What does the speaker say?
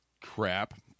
crap